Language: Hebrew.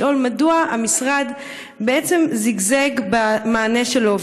לשאול מדוע המשרד בעצם זיגזג במענה שלו?